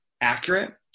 accurate